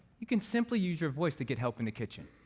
you can simply use your voice to get help in the kitchen.